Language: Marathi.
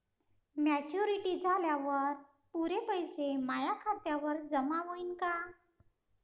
मॅच्युरिटी झाल्यावर पुरे पैसे माया खात्यावर जमा होईन का?